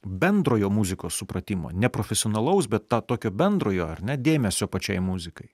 bendrojo muzikos supratimo neprofesionalaus bet ta tokio bendrojo ar ne dėmesio pačiai muzikai